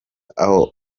aho